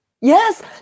Yes